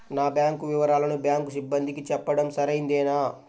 నా బ్యాంకు వివరాలను బ్యాంకు సిబ్బందికి చెప్పడం సరైందేనా?